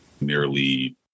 nearly